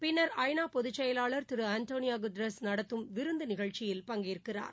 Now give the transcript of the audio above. பின்னா் ஐ நா பொதுச்செயலாளா் திரு ஆண்டளியோ குடாரஸ் நடத்தும் விருந்து நிகழ்ச்சியில் பங்கேற்கிறார்